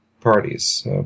parties